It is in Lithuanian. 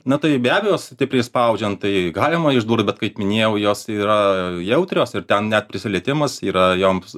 na tai be abejo stipriai spaudžiant tai galima išdurt bet kaip minėjau jos yra jautrios ir ten net prisilietimas yra joms